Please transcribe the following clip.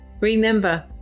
Remember